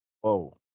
Whoa